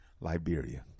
Liberia